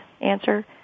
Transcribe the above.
answer